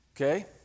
okay